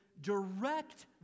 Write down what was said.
direct